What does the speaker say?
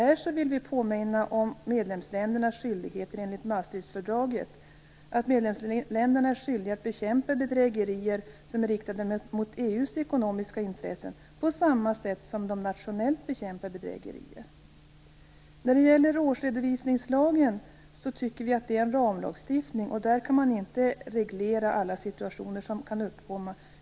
Vi vill påminna om att medlemsländerna enligt Maastrichtfördraget är skyldiga att bekämpa bedrägerier riktade mot EU:s ekonomiska intressen på samma sätt som de nationellt bekämpar bedrägerier. Årsredovisningslagen tycker vi är en ramlagstiftning. Där kan man inte reglera alla situationer som kan uppkomma.